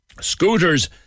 Scooters